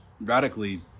radically